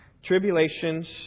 Tribulations